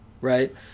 right